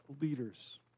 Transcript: leaders